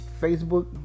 Facebook